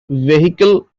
vehicle